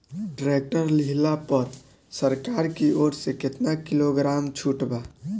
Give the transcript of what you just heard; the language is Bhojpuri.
टैक्टर लिहला पर सरकार की ओर से केतना किलोग्राम छूट बा?